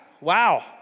wow